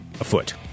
afoot